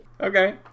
Okay